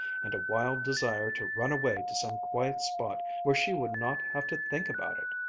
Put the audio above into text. and a wild desire to run away to some quiet spot where she would not have to think about it,